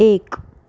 એક